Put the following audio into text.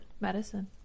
Medicine